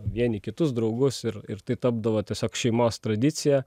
vieni kitus draugus ir ir tai tapdavo tiesiog šeimos tradicija